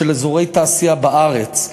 של אזורי תעשייה בארץ,